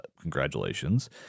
Congratulations